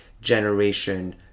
generation